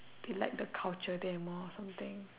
they like the culture there more or something